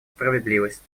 справедливость